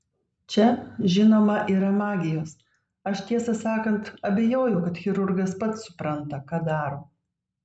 čia žinoma yra magijos aš tiesą sakant abejoju kad chirurgas pats supranta ką daro